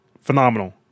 phenomenal